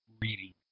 reading